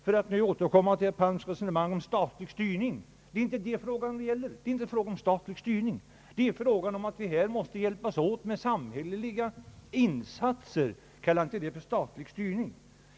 För att återkomma till herr Palms resonemang om statlig styrning vill jag säga att det inte är det frågan gäller. Det är här fråga om att vi måste hjälpas åt med samhälleliga insatser, men kalla inte det för statlig styrning, herr Palm.